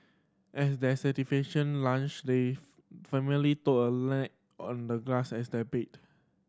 after their satisfying lunch the family took a nap on the grass as their bed